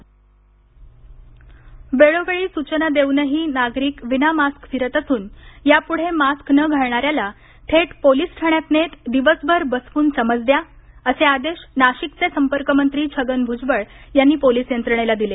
mark Nashik वेळोवेळी सूचना देऊनही नागरिक विना मास्क फिरत असून या पुढे मास्क न घालणार्यासला थेट पोलिस ठाण्यात नेत दिवसभर बसवून समज द्या असे आदेश नाशिकचे संपर्कमंत्री छगन भूजबळ यांनी पोलिस यंत्रणेला दिले